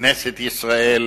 כנסת ישראל